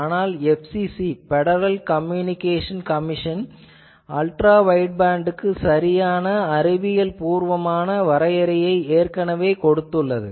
ஆனால் FCC - federal communication commission ultra வைட்பேண்ட்க்கு சரியான வரையறையை அறிவியல் பூர்வமான வரையறையை ஏற்கனவே கொடுத்துள்ளது